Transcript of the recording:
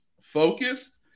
focused